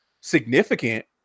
significant